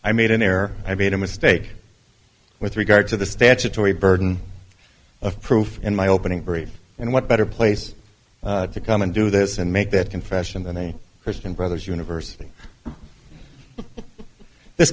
i made an error i made a mistake with regard to the statutory burden of proof in my opening breed and what better place to come and do this and make that confession than a christian brothers university in this